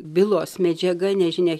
bylos medžiaga nežinia